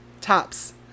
tops